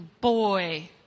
boy